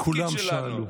כולם שאלו,